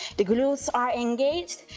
the glutes are engaged,